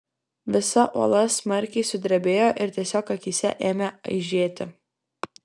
visa uola smarkiai sudrebėjo ir tiesiog akyse ėmė aižėti